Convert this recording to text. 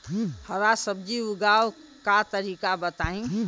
हरा सब्जी उगाव का तरीका बताई?